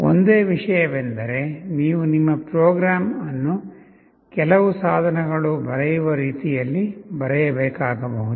ಒಂದೇ ವಿಷಯವೆಂದರೆ ನೀವು ನಿಮ್ಮ ಪ್ರೋಗ್ರಾಂ ಅನ್ನು ಕೆಲವು ಸಾಧನಗಳು ಬರೆಯುವ ರೀತಿಯಲ್ಲಿ ಬರೆಯಬೇಕಾಗಿರುವುದು